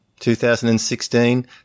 2016